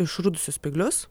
išrudusius spyglius